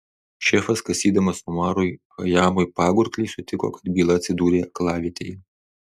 šefas kasydamas omarui chajamui pagurklį sutiko kad byla atsidūrė aklavietėje